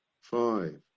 five